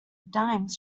dimes